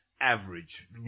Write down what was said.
average